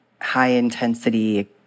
high-intensity